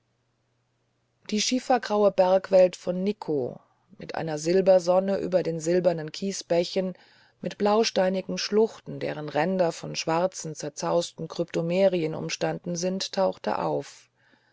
die schieferblaue bergwelt von nikko mit einer silbersonne über den silbernen kiesbächen mit blausteinigen schluchten deren ränder von schwarzen zerzausten kryptomerien umstanden sind tauchte auf